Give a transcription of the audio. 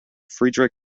frederick